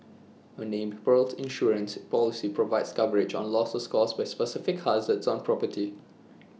A named Perils Insurance Policy provides coverage on losses caused by specific hazards on property